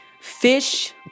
Fish